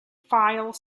file